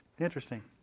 interesting